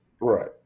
Right